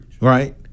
right